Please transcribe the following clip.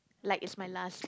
like it's my last day